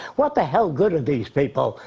what the hell good are these people,